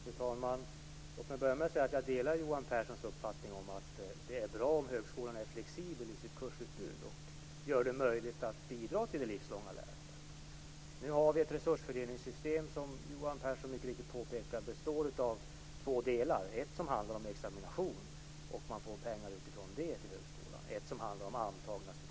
Fru talman! Låt mig börja med att säga att jag delar Johan Pehrsons uppfattning om att det är bra om högskolan är flexibel i sitt kursutbud och gör det möjligt att bidra till det livslånga lärandet. Nu har vi ett resursfördelningssystem som, vilket Johan Pehrson mycket riktigt påpekar, består av två delar. Den ena handlar om examination så att man får pengar utifrån antalet utexaminerade. Den andra handlar om antagna studenter.